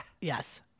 yes